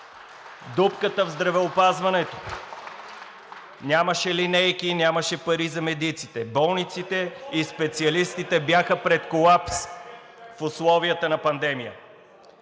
Дупката в здравеопазването. Нямаше линейки, нямаше пари за медиците. Болниците и специалистите бяха пред колапс в условията на пандемия.